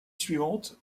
suivantes